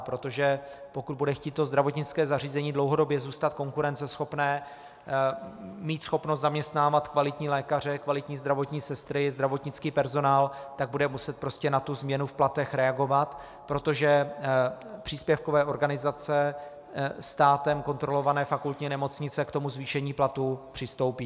Protože pokud bude chtít zdravotnické zařízení dlouhodobě zůstat konkurenceschopné, mít schopnost zaměstnávat kvalitní lékaře, kvalitní zdravotní sestry, kvalitní zdravotnický personál, tak bude muset prostě na tu změnu v platech reagovat, protože příspěvkové organizace, státem kontrolované fakultní nemocnice k tomu zvýšení platů přistoupí.